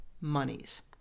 monies